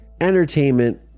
entertainment